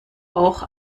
auch